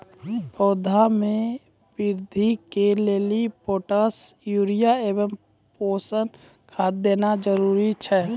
पौधा मे बृद्धि के लेली पोटास यूरिया एवं पोषण खाद देना जरूरी छै?